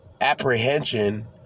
apprehension